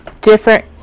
different